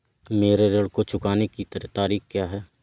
मेरे ऋण को चुकाने की तारीख़ क्या है?